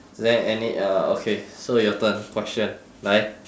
is there any uh okay so your turn question 来